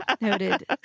Noted